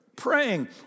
praying